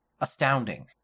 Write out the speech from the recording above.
astounding